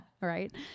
Right